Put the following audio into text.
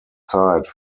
site